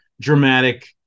dramatic